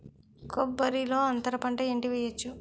కొబ్బరి లో అంతరపంట ఏంటి వెయ్యొచ్చు?